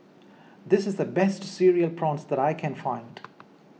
this is the best Cereal Prawns that I can find